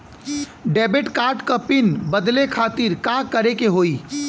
Debit card क pin बदले खातिर का करेके होई?